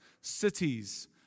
cities